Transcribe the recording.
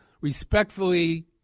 respectfully